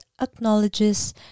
acknowledges